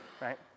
right